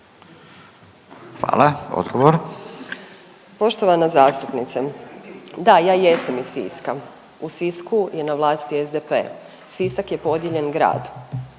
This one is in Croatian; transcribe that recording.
Željka (HDZ)** Poštovana zastupnice, da ja jesam iz Siska. U Sisku je na vlasti SDP. Sisak je podijeljen grad.